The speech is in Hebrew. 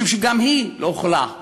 משום שגם היא לא יכולה לעלות.